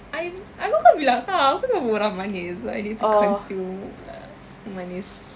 I'm aku kan bilang kau aku aku dah orang manis so I need to consume err manis